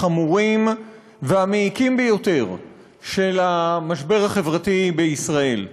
החמורים והמעיקים ביותר של המשבר החברתי בישראל.